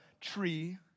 tree